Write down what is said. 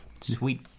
Sweet